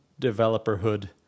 developerhood